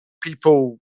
people